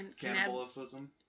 Cannibalism